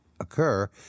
occur